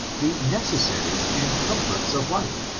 the necessaries and comforts of life,